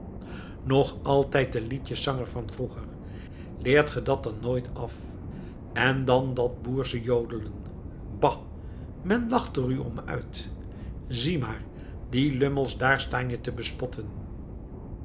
nog altijd de liedjeszanger van vroeger leert ge dat dan nooit af en dan dat boersche jodelen bah men lacht er u om uit zie maar die lummels daar staan je te bespotten